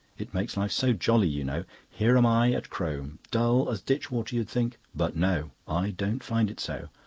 it makes life so jolly, you know. here am i at crome. dull as ditchwater, you'd think but no, i don't find it so.